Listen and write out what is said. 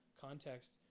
context